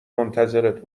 منتظرت